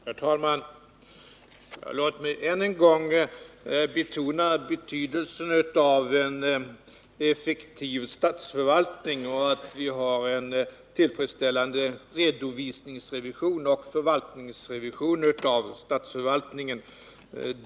Herr talman! Låt mig än en gång betona betydelsen av att vi har en effektiv statsförvaltning och en tillfredsställande redovisningsoch förvaltningsrevision av statsförvaltningen.